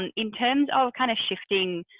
and in terms of kind of shifting,